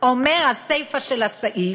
אומרת הסיפה של הסעיף,